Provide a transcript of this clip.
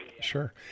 Sure